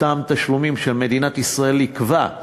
אותם תשלומים שמדינת ישראל עיכבה,